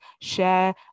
Share